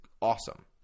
awesome